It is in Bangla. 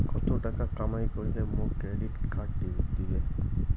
কত টাকা কামাই করিলে মোক ক্রেডিট কার্ড দিবে?